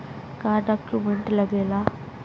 का डॉक्यूमेंट लागेला?